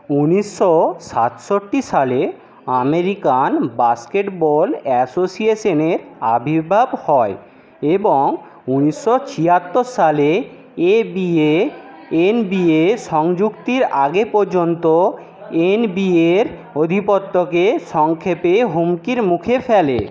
উনিশশো সাতষট্টি সালে আমেরিকান বাস্কেটবল অ্যাসোসিয়েশেনের আবির্ভাব হয় এবং উনিশশো ছিয়াত্তর সালে A B A N B A সংযুক্তির আগে পর্যন্ত এনবিএর অধিপত্যকে সংক্ষেপে হুমকির মুখে ফেলে